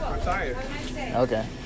Okay